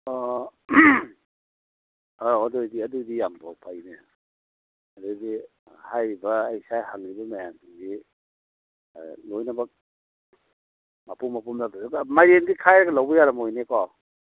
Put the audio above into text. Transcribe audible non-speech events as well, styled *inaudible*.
ꯑꯣ ꯑꯧ ꯑꯗꯨꯑꯣꯏꯗꯤ ꯑꯗꯨꯏꯗꯤ ꯌꯥꯝ ꯐꯩꯅꯦ ꯑꯗꯩꯗꯤ ꯍꯥꯏꯔꯤꯕ ꯑꯩ ꯉꯁꯥꯏ ꯍꯪꯏꯕ ꯃꯌꯥꯝꯁꯤꯗꯤ ꯂꯣꯏꯅꯕꯛ ꯃꯄꯨꯝ ꯃꯄꯨꯝ *unintelligible* ꯃꯥꯏꯔꯦꯟꯗꯤ ꯈꯥꯏꯔꯒ ꯂꯧꯕ ꯌꯥꯔꯝꯃꯣꯏꯅꯦꯀꯣ